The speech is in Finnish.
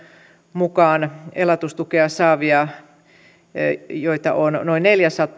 mukaan elatustukea saavia noin neljääsataa